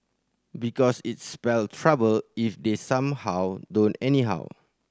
because it's spell trouble if they somehow don't anyhow